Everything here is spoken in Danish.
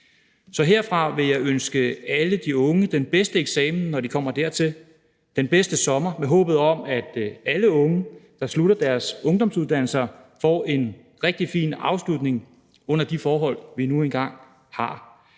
Så herfra vil jeg ønske alle de unge den bedste eksamen, når de kommer dertil, og den bedste sommer med håbet om, at alle unge, der slutter deres ungdomsuddannelse, får en rigtig fin afslutning under de forhold, vi nu engang har.